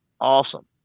awesome